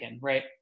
right